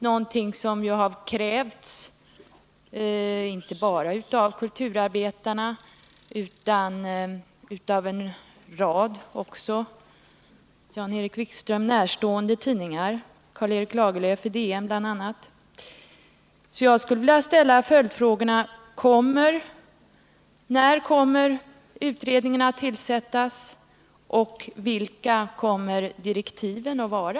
Det har krävts inte bara av kulturarbetarna utan även av en rad Jan-Erik Wikström närstående tidningar, bl.a. av Dagens Nyheter genom Karl Erik Lagerlöf. Jag skulle vilja ställa ett par följdfrågor: När kommer utredningen att tillsättas? Vilka kommer direktiven att vara?